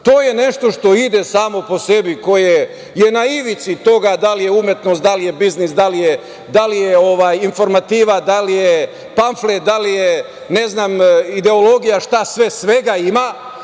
To je nešto što ide samo po sebi, koje je na ivici toga da li je umetnost, da li je biznis, da li je informativa, da li je pamflet, da li je ideologija, šta sve, svega ima.